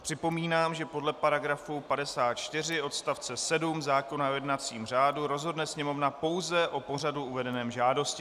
Připomínám, že podle § 54 odst. 7 zákona o jednacím řádu rozhodne Sněmovna pouze o pořadu uvedeném v žádosti.